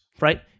right